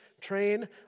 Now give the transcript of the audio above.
train